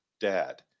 dad